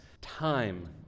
time